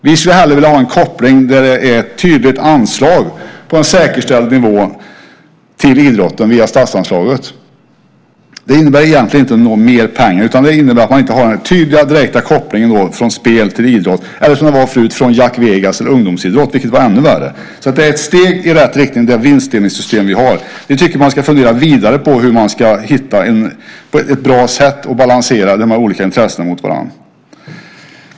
Vi skulle hellre vilja ha en koppling som innebär ett tydligt anslag på en säkerställd nivå till idrotten via statsanslaget. Det innebär egentligen inte mer pengar, utan det innebär att man inte har denna tydliga och direkta koppling från spel till idrott, eller som det var förut från Jack Vegas eller ungdomsidrott, vilket var ännu värre. Det vinstdelningssystem som vi har är alltså ett steg i rätt riktning. Vi tycker att man ska fundera vidare på hur man ska hitta ett bra sätt att balansera dessa olika intressen mot varandra.